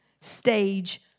stage